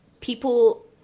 people